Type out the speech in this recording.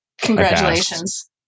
Congratulations